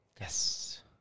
Yes